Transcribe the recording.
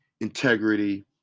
integrity